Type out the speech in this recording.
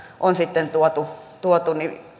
on sitten tuotu tuotu